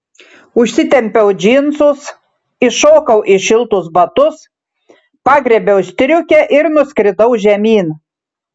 užsitempiau džinsus įšokau į šiltus batus pagriebiau striukę ir nuskridau žemyn